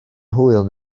hwyl